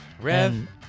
Rev